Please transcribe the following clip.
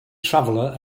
traveller